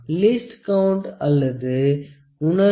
least count அல்லது உணர்திறன் 0